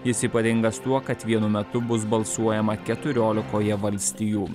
jis ypatingas tuo kad vienu metu bus balsuojama keturiolikoje valstijų